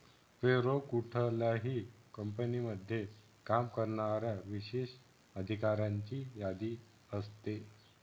पे role कुठल्याही कंपनीमध्ये काम करणाऱ्या विशेष अधिकाऱ्यांची यादी असते